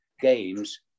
games